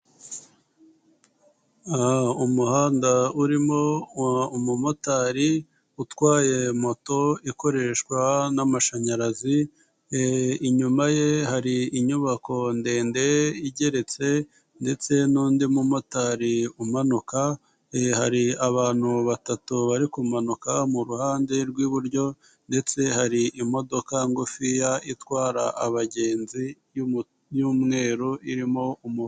Umuhanda urimo umumotari utwaye moto ikoreshwa n'amashanyarazi inyuma ye hari inyubako ndende igeretse ndetse n'undi mumotari umanuka. Hari abantu batatu bari kumanuka mu ruhande rw'iburyo ndetse hari imodoka ngufiya itwara abagenzi y'umweru irimo umugo.